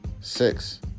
Six